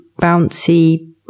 bouncy